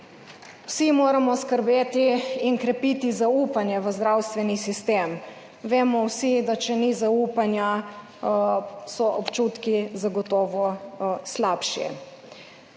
vsi moramo skrbeti in krepiti zaupanje v zdravstveni sistem. Vemo vsi, da če ni zaupanja, so občutki zagotovo slabši.